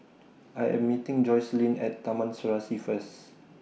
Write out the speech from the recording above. I Am meeting Joycelyn At Taman Serasi First